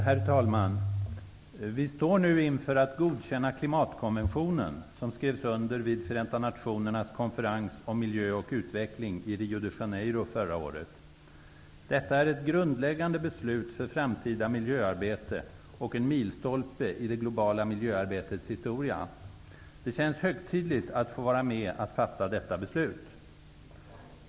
Herr talman! Vi står nu inför att godkänna klimatkonventionen som skrevs under vid Förenta nationernas konferens om miljö och utveckling i Rio de Janeiro förra året. Detta är ett grundläggande beslut för framtida miljöarbete och en milstolpe i det globala miljöarbetets historia. Det känns högtidligt att få vara med att fatta detta beslut.